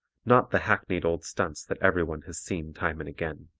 not the hackneyed old stunts that everyone has seen time and again.